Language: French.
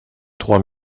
trois